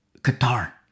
Qatar